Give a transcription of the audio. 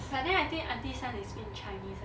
but then aunty's son is speak in chinese [one]